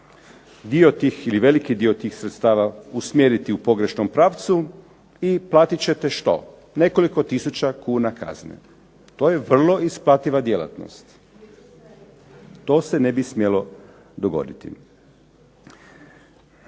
dio tih ili veliki dio tih sredstava usmjeriti u pogrešnom pravcu i platit ćete što, nekoliko tisuća kuna kazne. To je vrlo isplativa djelatnost. To se ne bi smjelo dogoditi.